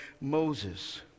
Moses